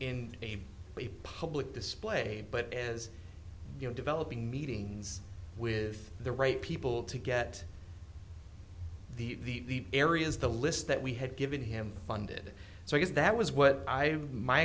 in a public display but as you know developing meetings with the right people to get the areas the list that we had given him funded so i guess that was what i my